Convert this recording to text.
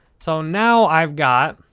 so, now, i've got